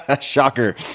Shocker